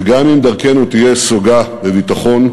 וגם אם דרכנו תהיה סוגה בביטחון,